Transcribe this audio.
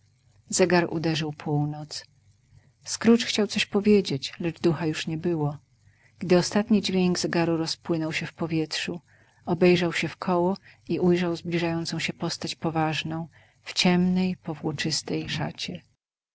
zegar uderzył północ scrooge chciał coś powiedzieć lecz ducha już nie było gdy ostatni dźwięk zegaru rozpłynął się w powietrzu obejrzał się wkoło i ujrzał zbliżającą się postać poważną w ciemnej powłóczystej szacie